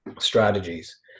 strategies